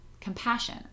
compassion